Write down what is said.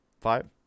Five